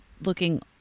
looking